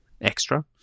extra